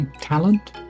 talent